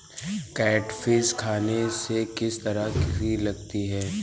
Catfish खाने में किस तरह की लगती है?